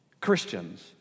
Christians